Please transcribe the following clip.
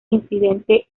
incidente